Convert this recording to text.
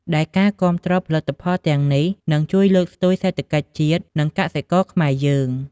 ដែលការគាំទ្រផលិតផលទាំងនេះ នឹងជួយលើកស្ទួយសេដ្ឋកិច្ចជាតិ និងកសិករខ្មែរយើង។